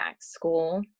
school